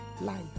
life